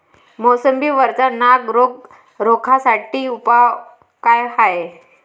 मोसंबी वरचा नाग रोग रोखा साठी उपाव का हाये?